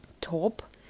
top